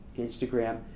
Instagram